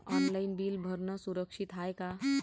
Online bill भरनं सुरक्षित हाय का?